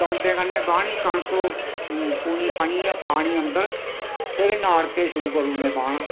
दांदे कन्नै गाह्नी कनक ओ पुनी पानियै पानी अंदर फिर नाड़के शुरू करुने बाह्ना